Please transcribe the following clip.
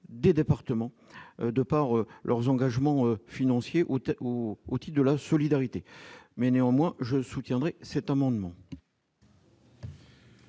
des départements, de par leurs engagements financiers ou outil de la solidarité, mais néanmoins je soutiendrai cet amendement.